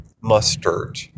mustard